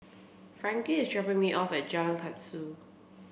Frankie is dropping me off Jalan Kasau